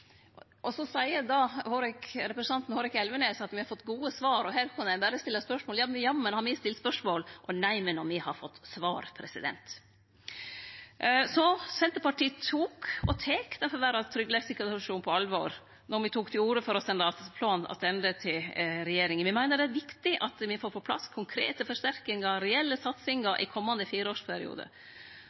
Og så seier representanten Hårek Elvenes at me har fått gode svar, og at her kunne ein berre stille spørsmål. Jammen har me stilt spørsmål, men neimen om me har fått svar. Senterpartiet tok, og tek, den forverra tryggleikssituasjonen på alvor då me tok til orde for å sende planen attende til regjeringa. Me meiner det er viktig at me får på plass konkrete forsterkingar og reelle satsingar i